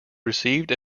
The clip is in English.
received